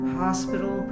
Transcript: hospital